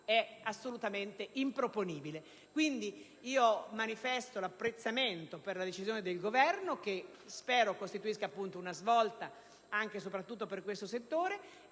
è assolutamente improponibile. Manifesto, quindi, apprezzamento per la decisione del Governo, che spero costituisca una svolta anche soprattutto per questo settore,